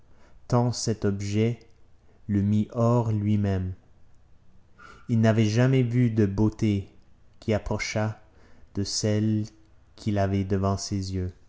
tant cet objet le mit hors de luimême il n'avait jamais vu de beauté qui approchât de celle qu'il avait devant les yeux